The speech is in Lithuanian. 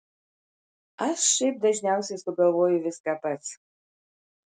aš šiaip dažniausiai sugalvoju viską pats